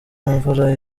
imvura